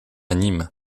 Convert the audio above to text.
nîmes